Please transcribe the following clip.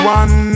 one